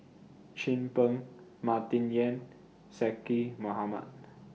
Chin Peng Martin Yan Zaqy Mohamad